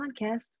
podcast